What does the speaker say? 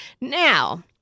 Now